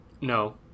No